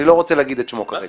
אני לא רוצה להגיד את שמו כרגע.